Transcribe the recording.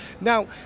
Now